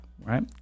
Right